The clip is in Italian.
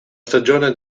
stagione